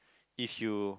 if you